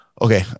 okay